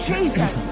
Jesus